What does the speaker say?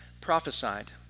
prophesied